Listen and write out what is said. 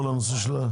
אדוני,